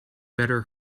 better